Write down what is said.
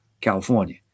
California